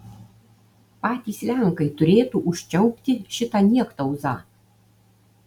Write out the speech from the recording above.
patys lenkai turėtų užčiaupti šitą niektauzą